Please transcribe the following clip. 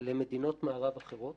למדינות מערב אחרות,